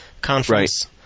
conference